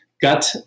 gut